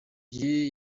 gihe